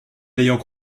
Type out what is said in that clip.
n’ayant